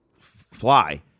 fly